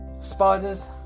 spiders